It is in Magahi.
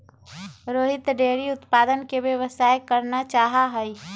रोहित डेयरी उत्पादन के व्यवसाय करना चाहा हई